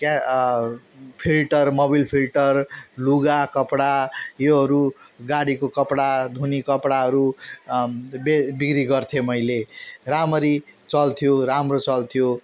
के फिल्टर मबिल फिल्टर लुगा कपडा योहरू गाडीको कपडा धुने कपडाहरू बे बिक्री गर्थेँ मैले रामरी चल्थ्यो राम्रो चल्थ्यो